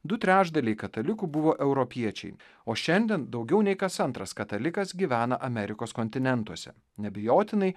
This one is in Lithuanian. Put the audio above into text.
du trečdaliai katalikų buvo europiečiai o šiandien daugiau nei kas antras katalikas gyvena amerikos kontinentuose neabejotinai